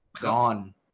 Gone